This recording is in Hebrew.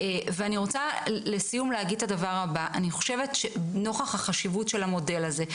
אני רוצה לסיום להגיד שאני חושבת שנוכח החשיבות של המודל הזה,